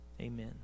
Amen